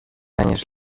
anys